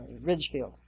Ridgefield